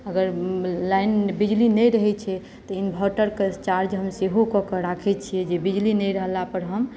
अगर लाइन बिजली नहि रहैत छै तऽ इन्वर्टरकेँ चार्ज हम सेहो कऽ कऽ राखैत छियै जे बिजली नहि रहलापर हम